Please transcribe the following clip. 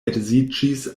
edziĝis